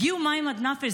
הגיעו מים עד נפש.